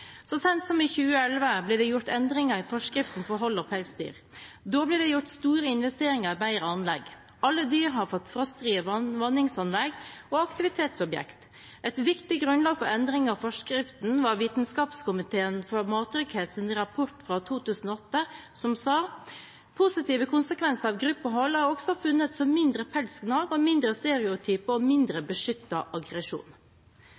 Så sent som i 2011 ble det gjort endringer i forskriften for hold av pelsdyr. Det ble da gjort store investeringer i bedre anlegg. Alle dyr har fått frostfrie vanningsanlegg og aktivitetsobjekter. Et viktig grunnlag for endringen av forskriften var Vitenskapskomiteen for mattrygghets rapport fra 2008, som sa: «Positive konsekvenser av gruppehold er også funnet som mindre pelsgnag, og mindre stereotype og